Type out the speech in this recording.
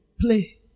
Play